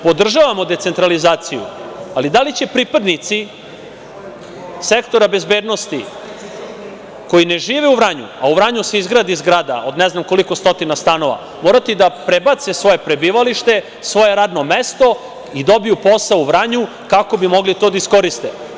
Podržavamo decentralizaciju, ali da li će pripadnici sektora bezbednosti koji ne žive u Vranju, a u Vranju se izgradi zgrada od ne znam koliko stotina stanova morati da prebaci svoje prebivalište, svoje radno mesto i dobiju posao u Vranju kako bi mogli to da iskoriste?